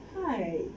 Hi